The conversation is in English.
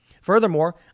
Furthermore